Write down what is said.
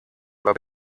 oder